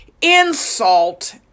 insult